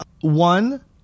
one